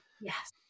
Yes